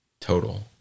Total